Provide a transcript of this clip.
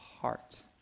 heart